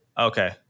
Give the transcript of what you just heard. Okay